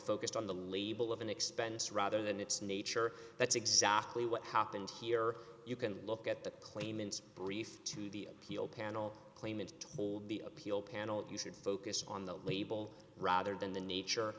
focused on the label of an expense rather than its nature that's exactly what happened here you can look at the claimants brief to the appeal panel claimant told the appeal panel you should focus on the label rather than the nature